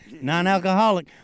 Non-alcoholic